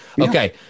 Okay